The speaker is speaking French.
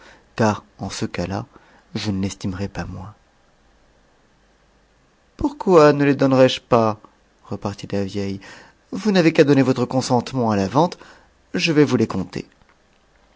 car en eecas la je s l'estimerais pas moins pourquoi ne les donnerais-je pas reparut t vicitic vous n'avez qu'à donner votre consentement a la vente je vais m vous les compter